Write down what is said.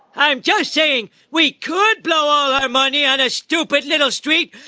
i'm just saying we could blow all our money on a stupid little street,